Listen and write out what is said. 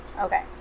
Okay